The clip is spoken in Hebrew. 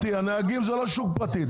הנהגים זה לא שוק פרטי.